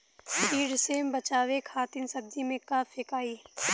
कीट से बचावे खातिन सब्जी में का फेकाई?